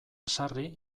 sarri